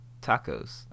Tacos